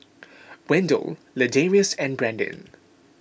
Wendell Ladarius and Brandin